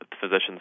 physicians